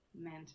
meant